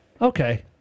Okay